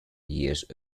years